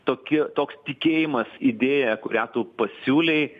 tokie toks tikėjimas idėja kurią tu pasiūlei